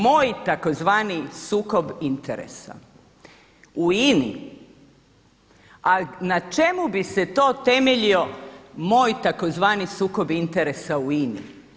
Moj tzv. sukob interesa u INA-i, a na čemu bi se to temeljio moj tzv. sukob interesa u INA-i?